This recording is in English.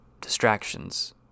distractions